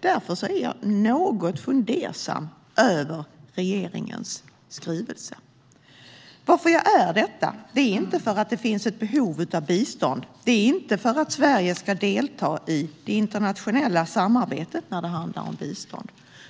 Därför är jag något fundersam över regeringens skrivelse. Att jag är det är inte för att det finns ett behov av bistånd, och det är inte för att Sverige ska delta i det internationella samarbetet när det gäller bistånd,